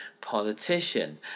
politician